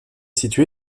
situé